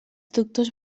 doctors